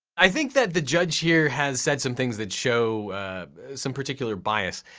i think that the judge here has said some things that show some particular bias.